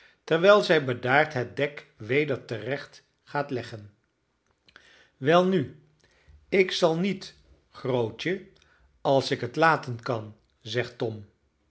terwijl zij bedaard het dek weder terecht gaat leggen welnu ik zal niet grootje als ik het laten kan zegt tom